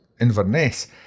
Inverness